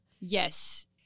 Yes